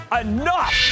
enough